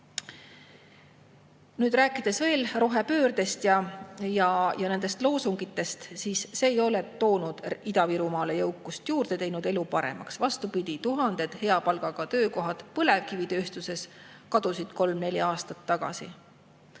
Rääkides veel rohepöördest ja nendest loosungitest: need ei ole toonud Ida-Virumaale jõukust juurde ega teinud elu paremaks. Vastupidi, tuhanded hea palgaga töökohad põlevkivitööstuses kadusid kolm-neli aastat tagasi.